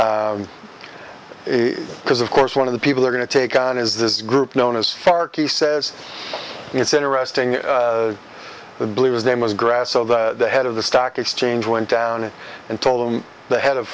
is because of course one of the people are going to take on is this group known as arky says it's interesting the blue his name was grasso the head of the stock exchange went down and told him the head of